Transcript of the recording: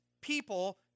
people